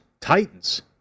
Titans